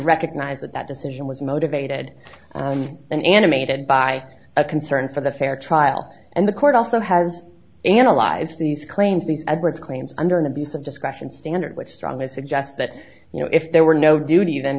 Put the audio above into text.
recognize that that decision was motivated an animated by a concern for the fair trial and the court also has analyzed these claims the edwards claims under an abuse of discretion standard which strongly suggests that you know if there were no duty then